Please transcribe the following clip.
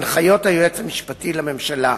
הנחיות היועץ המשפטי לממשלה,